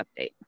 update